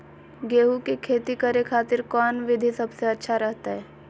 गेहूं के खेती करे खातिर कौन विधि सबसे अच्छा रहतय?